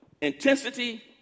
intensity